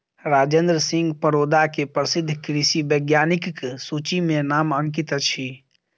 राजेंद्र सिंह परोदा के प्रसिद्ध कृषि वैज्ञानिकक सूचि में नाम अंकित अछि